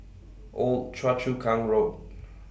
Old Choa Chu Kang Road